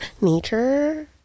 Nature